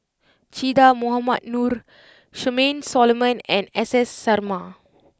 Che Dah Mohamed Noor Charmaine Solomon and S S Sarma